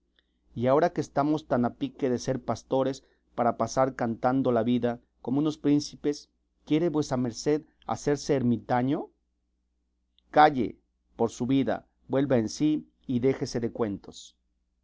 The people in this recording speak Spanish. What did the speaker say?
y agora que estamos tan a pique de ser pastores para pasar cantando la vida como unos príncipes quiere vuesa merced hacerse ermitaño calle por su vida vuelva en sí y déjese de cuentos